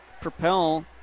propel